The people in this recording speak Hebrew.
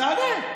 תענה.